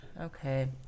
Okay